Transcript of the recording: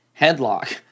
Headlock